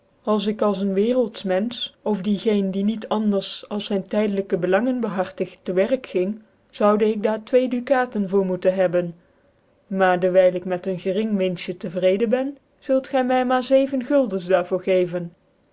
als ik als een werelds menfeh of die geen die niet anders als zyn tydelijkc bclangcns behartigt te werk ging zoude ik daar twee ducatcn voor moeten hebben maardewyl ik met een gering winsje te vrecdcu ben zult gy my maar zeven guldens daar voor geven